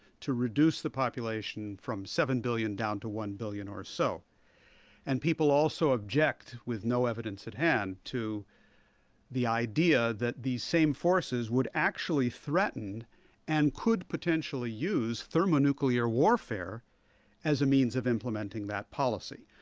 to reduce the population from seven billion down to one billion or so and people also object, with no evidence at hand, to the idea that these same forces would actually threaten and could potentially use thermonuclear warfare as a means of implementing that policy,